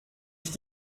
ich